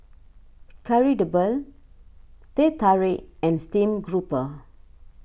Kari Debal Teh Tarik and Steamed Grouper